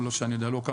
לא שאני יודע.